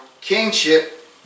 kingship